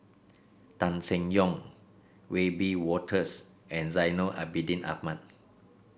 Tan Seng Yong Wiebe Wolters and Zainal Abidin Ahmad